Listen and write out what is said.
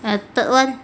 the third [one]